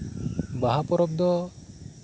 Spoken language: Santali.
ᱵᱟᱦᱟ ᱯᱚᱨᱚᱵᱽ ᱫᱚ